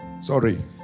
Sorry